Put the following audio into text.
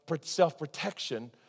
self-protection